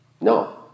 No